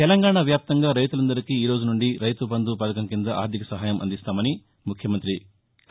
తెలంగాణ వ్యాప్తంగా రైతులందరికీ ఈరోజు నుండి రైతుబంధు పథకం కింద ఆర్థిక సహాయం అందిస్తామని ముఖ్యమంత్రి కె